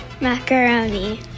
Macaroni